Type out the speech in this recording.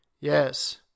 Yes